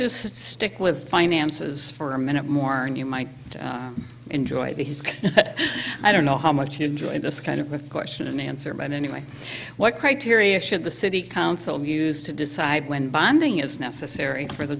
just stick with finances for a minute more and you might enjoy the heat i don't know how much enjoying this kind of question and answer but anyway what criteria should the city council use to decide when binding is necessary for the